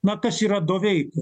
na kas yra doveika